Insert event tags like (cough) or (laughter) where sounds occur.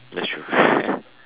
that's true (laughs)